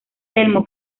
telmo